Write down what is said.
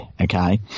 okay